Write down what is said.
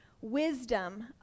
wisdom